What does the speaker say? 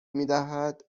میدهد